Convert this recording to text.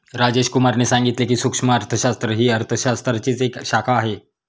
राजेश कुमार ने सांगितले की, सूक्ष्म अर्थशास्त्र ही अर्थशास्त्राचीच एक शाखा आहे